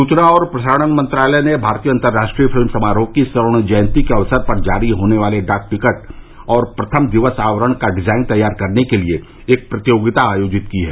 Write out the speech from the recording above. सूचना और प्रसारण मंत्रालय ने भारतीय अंतर्राष्ट्रीय फिल्म समारोह की स्वर्ण जयंती के अवसर पर जारी होने वाले डाक टिकट और प्रथम दिवस आवरण का डिजाइन तैयार करने के लिए एक प्रतियोगिता आयोजित की है